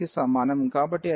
కాబట్టి అది parabola x24ay